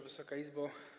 Wysoka Izbo!